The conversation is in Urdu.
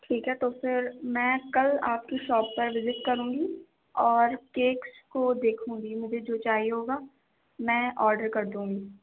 ٹھیک ہے تو پھر میں کل آپ کی شاپ پر وزٹ کروں گی اور کیکس کو دیکھوں گی مجھے جو چاہیے ہوگا میں آرڈر کر دوں گی